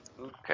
Okay